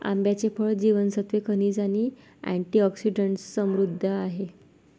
आंब्याचे फळ जीवनसत्त्वे, खनिजे आणि अँटिऑक्सिडंट्सने समृद्ध आहे